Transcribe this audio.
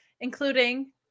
including